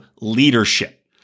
leadership